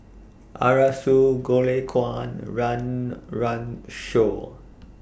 Arasu Goh Lay Kuan Run Run Shaw